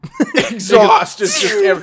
Exhaust